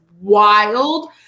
wild